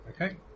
okay